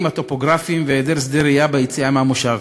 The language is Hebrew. הטופוגרפיים והיעדר שדה ראייה ביציאה מהמושב.